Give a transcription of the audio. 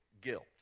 guilt